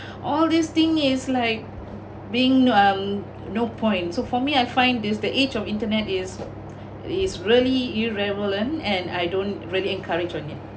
all these thing is like being um no point so for me I find this the age of internet is is really irrelevant and I don't really encourage on it